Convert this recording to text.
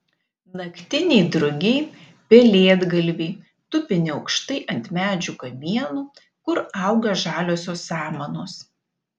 naktiniai drugiai pelėdgalviai tupi neaukštai ant medžių kamienų kur auga žaliosios samanos